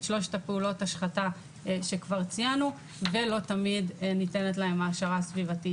שלוש פעולות ההשחתה שכבר ציינו ולא תמיד ניתנת להם העשרה סביבתית,